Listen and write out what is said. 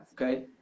Okay